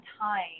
time